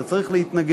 ואתה צריך להתנגד.